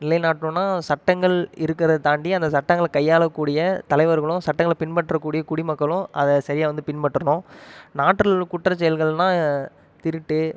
நிலைநாட்டனுனா சட்டங்கள் இருக்கிறத தாண்டி அந்த சட்டங்களை கையாள கூடிய தலைவர்களும் சட்டங்களை பின்பற்றக்கூடிய குடிமக்களும் அதை சரியாக வந்து பின்பற்றனும் நாட்டில் உள்ள குற்ற செயல்கள்னால் திருட்டு